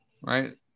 right